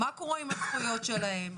מה קורה עם הזכויות שלהם.